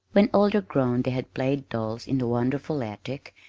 when older grown they had played dolls in the wonderful attic,